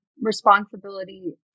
responsibility